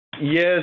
Yes